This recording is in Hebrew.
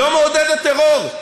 לא מעודדת טרור.